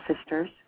sisters